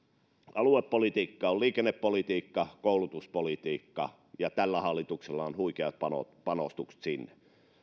aluepolitiikkaa ovat liikennepolitiikka koulutuspolitiikka ja tällä hallituksella on huikeat panostukset panostukset sinne